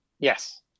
Yes